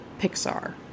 Pixar